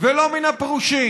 ולא מן הפרושים